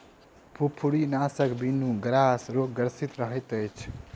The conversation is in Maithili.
फुफरीनाशकक बिनु गाछ रोगग्रसित रहैत अछि